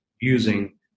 using